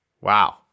Wow